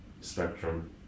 spectrum